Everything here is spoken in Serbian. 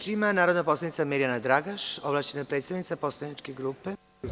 Reč ima narodna poslanica Mirjana Dragaš, ovlašćena predstavnica poslaničke grupe.